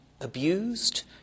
abused